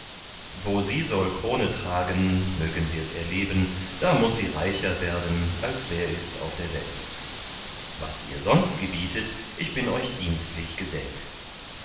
wo sie soll krone tragen mögen wirs erleben da muß sie reicher werden als wer ist auf der welt was ihr sonst gebietet ich bin euch dienstlich gesellt